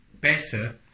better